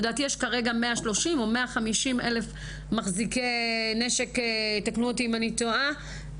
לדעתי יש כרגע 130 או 150 אלף מחזיקי נשק תקנו אותי אם אני טועה,